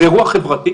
זה אירוע חברתי,